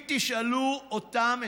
אם תשאלו אותם,